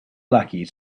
lucky